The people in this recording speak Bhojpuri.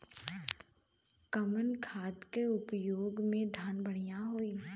कवन खाद के पयोग से धान बढ़िया होई?